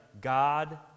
God